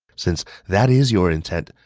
since that is your intent,